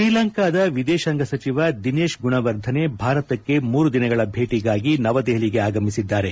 ಶ್ರೀಲಂಕಾದ ವಿದೇಶಾಂಗ ಸಚಿವ ದಿನೇಶ್ ಗುಣವರ್ಧನೆ ಭಾರತಕ್ಕೆ ಮೂರು ದಿನಗಳ ಭೇಟಿಗಾಗಿ ನವದೆಹಲಿಗೆ ಆಗಮಿಸಿದ್ದಾರೆ